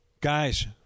Guys